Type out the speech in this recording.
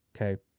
Okay